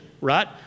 right